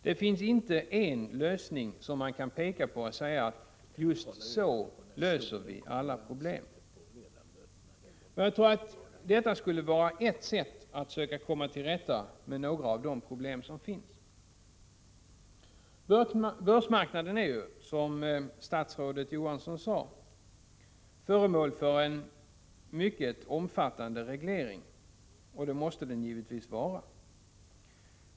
Det finns inte en lösning som man kan peka på och säga: just så löser vi alla problem. Men jag tror att detta skulle vara ett sätt att söka komma till rätta med några av de problem som finns. Börsmarknaden är ju, som statsrådet Johansson sade, föremål för en mycket omfattande reglering, och det måste den givetvis vara.